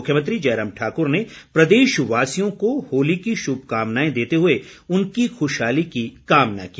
मुख्यमंत्री जयराम ठाकुर ने प्रदेशवासियों को होली की शुभकामनाएं देते हुए उनकी खुशहाली की कामना की